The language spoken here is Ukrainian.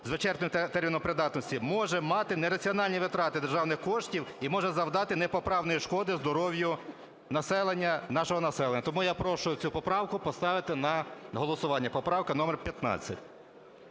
з вичерпним терміном придатності, може мати нераціональні витрати державних коштів і може завдати непоправної шкоди здоров'ю населення, нашого населення. Тому я прошу оцю поправку поставити на голосування. Поправка номер 15.